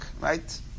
right